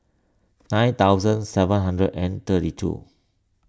nine thousand seven hundred and thirty two